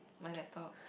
mine laptop